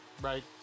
Right